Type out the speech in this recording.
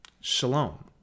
Shalom